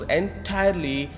entirely